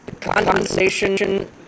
Condensation